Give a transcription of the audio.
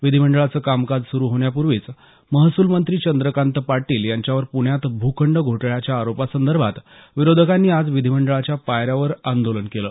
विधिमंडळाचं कामकाज सुरू होण्यापूर्वी महसूल मंत्री चंद्रकांत पाटील यांच्यावर पुण्यात भूखंड घोटाळ्याच्या आरोपा संदर्भात विरोधकांनी आज विधीमंडळाच्या पायऱ्यांवर आंदोलन केलं